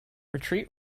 retreat